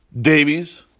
Davies